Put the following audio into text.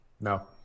no